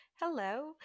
Hello